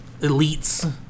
elites